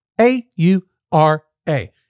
A-U-R-A